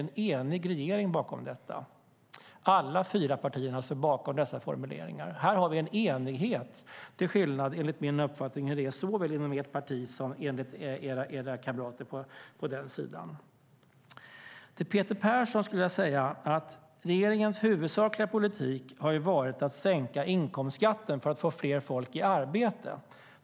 En enig regering, alla fyra partierna, står bakom dessa formuleringar. Vi har en enighet här, till skillnad från hur det är såväl inom ert parti som bland era kamrater på den sidan. Peter Persson, regeringens huvudsakliga politik har varit att sänka inkomstskatten för att få fler folk i arbete.